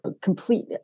complete